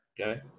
Okay